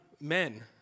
men